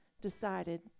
decided